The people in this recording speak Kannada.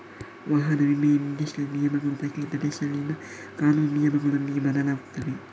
ವಾಹನ ವಿಮೆಯ ನಿರ್ದಿಷ್ಟ ನಿಯಮಗಳು ಪ್ರತಿ ಪ್ರದೇಶದಲ್ಲಿನ ಕಾನೂನು ನಿಯಮಗಳೊಂದಿಗೆ ಬದಲಾಗುತ್ತವೆ